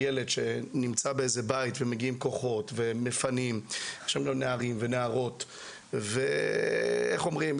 ילד שנמצא בבית ומגיעים כוחות לפנות אותו איך אומרים,